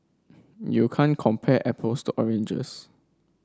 you can't compare apples to oranges